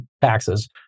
taxes